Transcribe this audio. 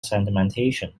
sedimentation